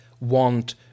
want